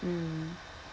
mm